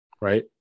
right